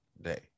Day